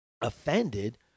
offended